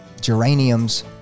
geraniums